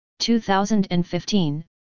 2015